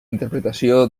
interpretació